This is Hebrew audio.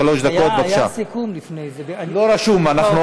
פשוט לא רשמו לי.